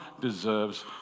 deserves